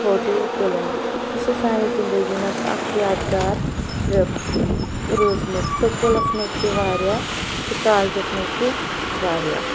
photo تُلٕنۍ یہِ چھُ سانہِ زندگی منٛز اَکھ یادٕ گار ٹِرٛپ روٗزمٕژ سکوٗلَس منٛز تہِ واریاہ تہٕ کالجَس منٛز تہِ واریاہ